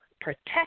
protect